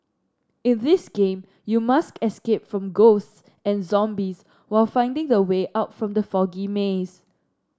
in this game you must escape from ghosts and zombies while finding the way out from the foggy maze